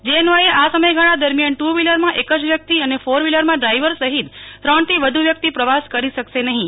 જે અન્વયે આ સમયગાળા દરમ્યાન ટુ વ્હીલરમાં એક જ વ્યકિત અને ફોર વ્હીલરમાં ડ્રાઇવર સહિત ત્રણથી વધુ વ્યકિત પ્રવાસ કરી શકશે નહીં